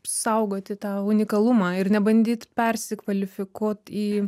saugoti tą unikalumą ir nebandyt persikvalifikuot į